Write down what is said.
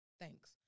Thanks